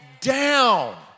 down